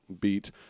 beat